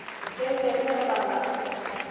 खेत कैसे नपाला?